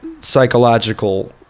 psychological